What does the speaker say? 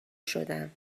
شدم